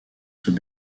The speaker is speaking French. soit